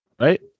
Right